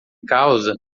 causa